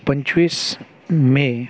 पंचवीस मे